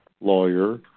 lawyer